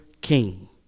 king